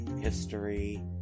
history